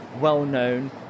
well-known